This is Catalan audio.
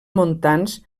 montans